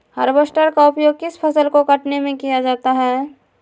Harvester का उपयोग किस फसल को कटने में किया जाता है?